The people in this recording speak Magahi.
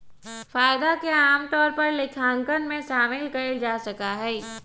फायदा के आमतौर पर लेखांकन में शामिल कइल जा सका हई